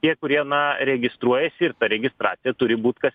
tie kurie na registruojasi ir ta registracija turi būt kas